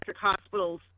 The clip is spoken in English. hospitals